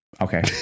okay